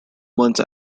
months